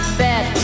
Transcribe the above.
bet